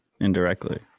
indirectly